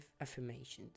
affirmations